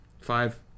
five